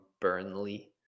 Burnley